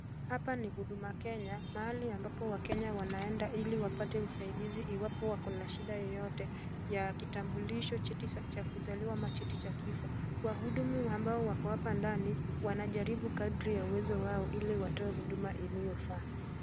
Hapa ni huduma kenya mahali ambapo wakenya wanaenda ili wapate usaidizi iwapo wako na shida yoyote ya kitambulisho, cheti cha kuzaliwa ama cheti cha kifo. wahudumu ambao wako hapa ndani wanajaribu kadri ya uwezo wao ili watoe huduma iliyofaa.